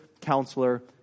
counselor